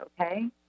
okay